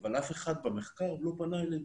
אבל אף אחד במחקר לא פנה אלינו.